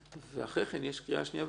ואחרי כן יש קריאה שנייה ושלישית,